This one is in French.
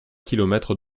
kilomètres